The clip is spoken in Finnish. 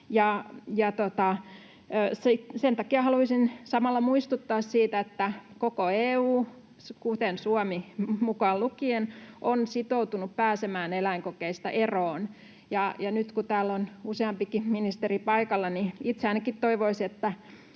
Sen takia haluaisin samalla muistuttaa siitä, että koko EU, Suomi mukaan lukien, on sitoutunut pääsemään eläinkokeista eroon. Ja nyt kun täällä on useampikin ministeri paikalla, niin itse ainakin toivoisin, että